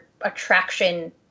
attraction